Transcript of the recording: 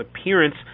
appearance